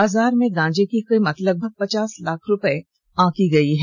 बाजार में गांजे की कीमत लगभग पचास लाख रुपए आंकी गई है